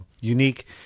unique